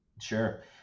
Sure